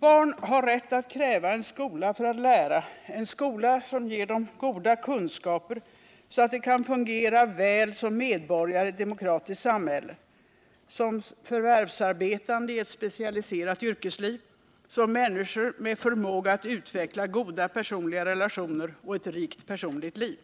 Barn har rätt att kräva en skola för att lära, en skola som ger dem goda kunskaper så att de kan fungera väl som medborgare i ett demokratiskt samhälle, som förvärvsarbetande i ett specialiserat yrkesliv och som människor med förmåga att utveckla goda personliga relationer och ett rikt personligt liv.